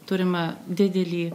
turime didelį